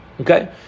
Okay